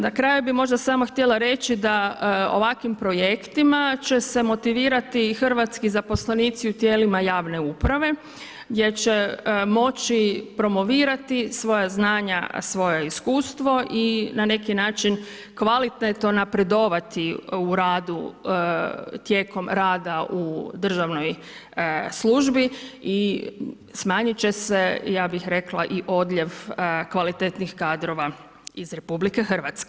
Na kraju bi možda samo htjela reći, da ovakvim projektima će se motivirati i hrvatski zaposlenici u tijelima javne uprave, gdje će moći promovirati, svoja znanja, svoja iskustva i na neki način kvalitetno napredovati u radu tijekom rada u državnoj službi i smanjiti će se ja bi rekla i odljev kvalitetnih kadrova iz RH.